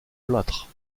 plâtre